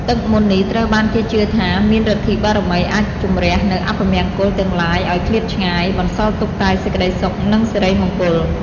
ទឹកមន្តនេះត្រូវបានគេជឿថាមានឫទ្ធិបារមីអាចជម្រះនូវអពមង្គលទាំងឡាយឲ្យឃ្លាតឆ្ងាយ បន្សល់ទុកតែសេចក្ដីសុខនិងសិរីមង្គល។